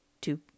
two